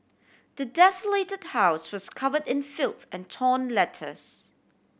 the desolated house was covered in filth and torn letters